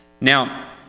Now